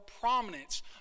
prominence